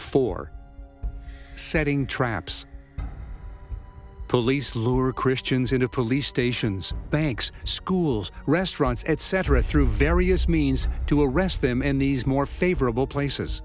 for setting traps police lure christians into police stations banks schools restaurants etc through various means to arrest them in these more favorable places